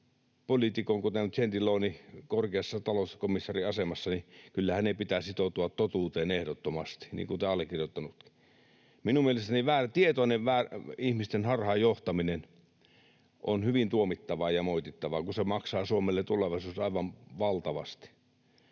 poliitikon, kuten Gentilonin korkeassa talouskomissaarin asemassa, pitää sitoutua totuuteen ehdottomasti, niin kuin allekirjoittanutkin. Minun mielestäni tietoinen ihmisten harhaanjohtaminen on hyvin tuomittavaa ja moitittavaa, kun se maksaa Suomelle tulevaisuudessa aivan valtavasti.